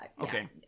okay